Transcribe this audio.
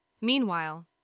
Meanwhile